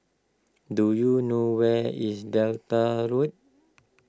do you know where is Delta Road